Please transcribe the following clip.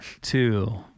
two